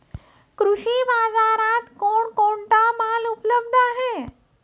कृषी बाजारात कोण कोणता माल उपलब्ध आहे?